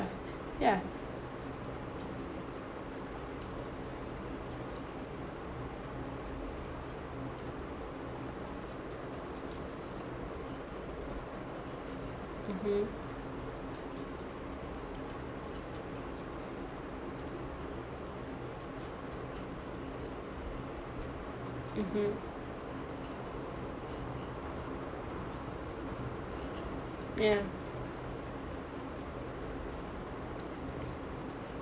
yeah mmhmm mmhmm yeah